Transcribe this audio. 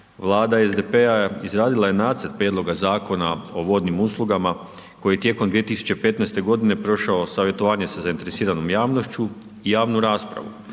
Vlada SDP-a izradila je Nacrt prijedloga zakona o vodnim uslugama koji je tijekom 2015. godine prošao savjetovanje sa zainteresiranom javnošću, javnu raspravu.